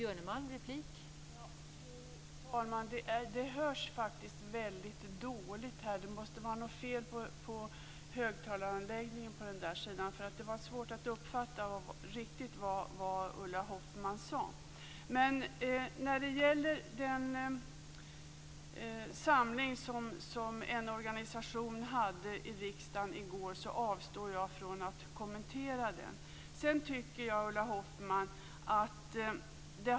Fru talman! Det hörs faktiskt väldigt dåligt här. Det måste vara något fel på högtalaranläggningen på den sidan. Det var svårt att uppfatta riktigt vad Ulla När det gäller den samling som en organisation hade i riksdagen i går avstår jag från att kommentera den.